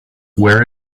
where